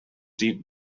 deep